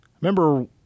Remember